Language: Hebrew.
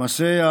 למעשה,